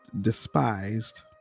despised